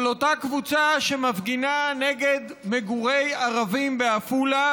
אבל אותה קבוצה שמפגינה נגד מגורי ערבים בעפולה